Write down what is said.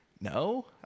No